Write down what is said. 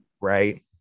Right